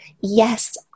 yes